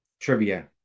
Trivia